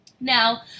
Now